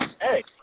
hey